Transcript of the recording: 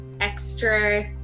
extra